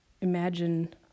imagine